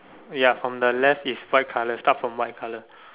ya from the left is white colour start from white colour